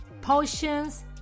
potions